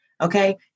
Okay